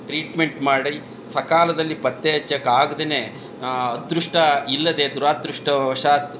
treatment ಮಾಡಿ ಸಕಾಲದಲ್ಲಿ ಪತ್ತೆ ಹಚ್ಚಕ್ಕೆ ಆಗದೆನೆ ಅದೃಷ್ಟ ಇಲ್ಲದೆ ದುರದೃಷ್ಟವಶಾತ್